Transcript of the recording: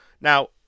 Now